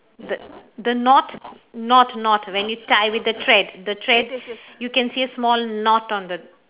th~ the knot knot knot when you tie with the thread the thread you can see a small knot on the